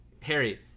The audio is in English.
Harry